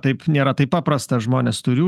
taip nėra taip paprasta žmonės turiu